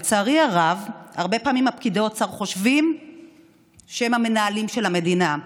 לצערי הרב הרבה פעמים פקידי האוצר חושבים שהם המנהלים של המדינה,